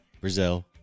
Brazil